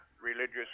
religious